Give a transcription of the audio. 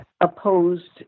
opposed